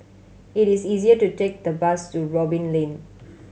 it is easier to take the bus to Robin Lane